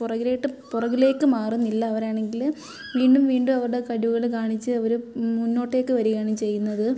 പുറകിലോട്ട് പുറകിലേക്ക് മാറുന്നില്ല അവരാണെങ്കിൽ വീണ്ടും വീണ്ടും അവരുടെ കഴിവുകൾ കാണിച്ച് അവർ മുന്നോട്ടേക്ക് വരുകയാണ് ചെയ്യുന്നത്